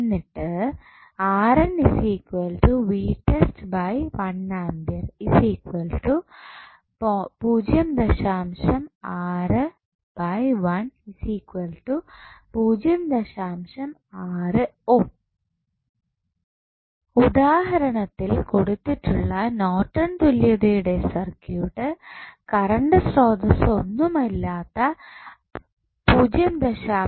എന്നിട്ട് ഉദാഹരണത്തിൽ കൊടുത്തിട്ടുള്ള നോർട്ടൺ തുല്യതയുടെ സർക്യൂട്ട് കറണ്ട് സ്രോതസ്സ് ഒന്നുമില്ലാത്ത 0